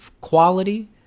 quality